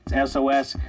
s o s.